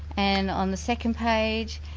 and on the second page,